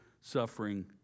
suffering